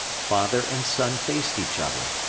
father and son faced each other,